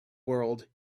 world